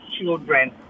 children